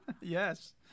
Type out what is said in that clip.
Yes